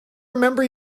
remember